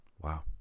Wow